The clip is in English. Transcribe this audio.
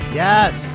yes